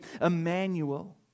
Emmanuel